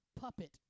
puppet